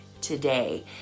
today